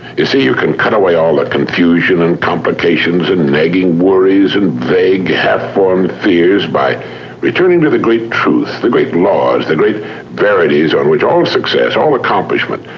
you see, you can cut away all the ah confusion, and complications, and nagging worries, and vague half-formed fears by returning to the great truth, the great laws, the great verities on which all success, all accomplishment,